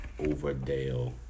Overdale